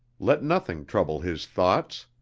let nothing trouble his thoughts!